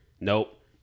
Nope